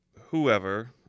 Whoever